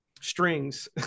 strings